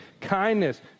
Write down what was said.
kindness